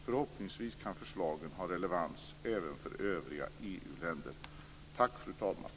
Förhoppningsvis kan förslagen ha relevans även för övriga EU-länder. Tack, fru talman!